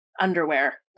underwear